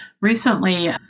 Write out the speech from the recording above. Recently